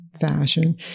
fashion